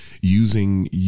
using